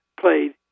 played